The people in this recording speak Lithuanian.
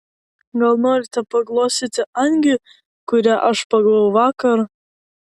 gal norite paglostyti angį kurią aš pagavau vakar